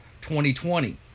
2020